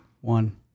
One